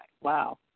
Wow